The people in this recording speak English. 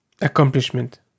accomplishment